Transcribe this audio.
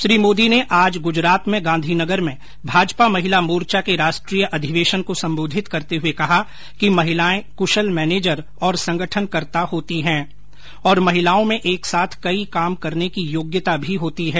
श्री मोदी ने आज गुजरात में गांधीनगर में भाजपा महिला मोर्चा के राष्ट्रीय अधिवेशन को संबोधित करते हुए कहा कि महिलाए कुशल मैनेजर और संगठनकर्ता होती है और महिलाओं में एक साथ कई काम करने की योग्यता भी होती है